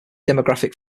demographic